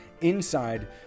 inside